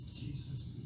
Jesus